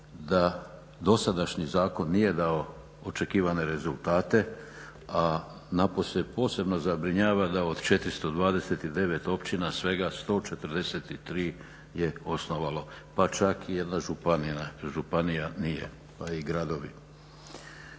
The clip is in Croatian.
da dosadašnji zakon nije dao očekivane rezultate a napose posebno zabrinjava da od 429 općina svega 143 je osnovalo pa čak i jedna županija nije, pa i gradovi.